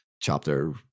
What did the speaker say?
chapter